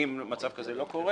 אם מצב כזה לא קורה,